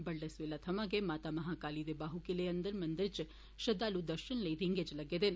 बडलै सवेला थमां गै माता महाकाली दे बाहू किले आले मंदरै च श्रद्वालु दर्शने लेई रीगें च लग्गे दे न